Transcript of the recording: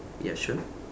ya sure